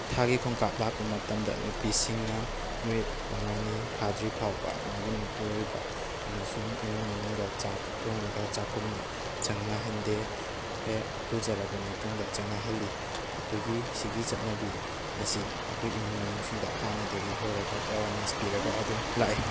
ꯊꯥꯒꯤ ꯈꯣꯡꯀꯥꯞ ꯂꯥꯛꯄ ꯃꯇꯝꯗ ꯅꯨꯄꯤꯁꯤꯡꯅ ꯅꯨꯃꯤꯠ ꯃꯉꯥꯅꯤ ꯐꯥꯗ꯭ꯔꯤꯕ ꯐꯥꯎꯕ ꯃꯥꯒꯤ ꯃꯄꯨꯔꯣꯏꯕ ꯑꯃꯁꯨꯡ ꯏꯃꯨꯡ ꯃꯅꯨꯡꯗ ꯆꯥꯛ ꯊꯣꯡꯉꯒ ꯆꯥꯈꯨꯝꯗ ꯆꯪꯅꯍꯟꯗꯦ ꯍꯦꯛ ꯏꯔꯨꯖꯔꯕ ꯃꯇꯨꯡꯗ ꯆꯪꯍꯜꯂꯤ ꯑꯩꯈꯣꯏꯒꯤ ꯁꯤꯒꯤ ꯆꯠꯅꯕꯤ ꯑꯁꯤ ꯑꯩꯈꯣꯏ ꯏꯃꯨꯡ ꯃꯅꯨꯡꯁꯤꯡꯗ ꯍꯥꯟꯅꯗꯒꯤ ꯍꯧꯔꯒ ꯑꯦꯋꯥꯔꯅꯦꯁ ꯄꯤꯔꯒ ꯑꯗꯨꯝ ꯂꯥꯛꯏ